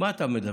מה אתה מדבר?